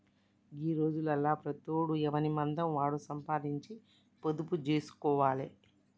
గీ రోజులల్ల ప్రతోడు ఎవనిమందం వాడు సంపాదించి పొదుపు జేస్కోవాలె